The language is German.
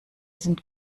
sind